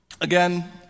again